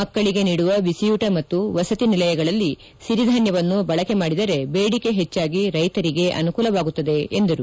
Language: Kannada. ಮಕ್ಕಳಿಗೆ ನೀಡುವ ಬಿಸಿಯೂಟ ಮತ್ತು ವಸತಿ ನಿಲಯಗಳಲ್ಲಿ ಸಿರಿಧಾನ್ಯವನ್ನು ಬಳಕೆ ಮಾಡಿದರೆ ಬೇಡಿಕೆ ಹೆಚ್ಚಾಗಿ ರೈತರಿಗೆ ಅನುಕೂಲವಾಗುತ್ತದೆ ಎಂದರು